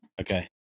okay